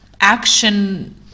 action